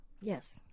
Yes